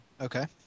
Okay